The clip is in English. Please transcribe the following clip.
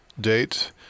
date